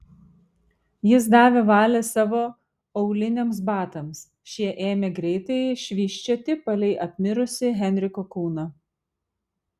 jis davė valią savo auliniams batams šie ėmė greitai švysčioti palei apmirusį henriko kūną